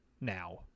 now